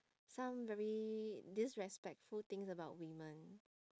some very disrespectful things about women